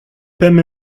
pemp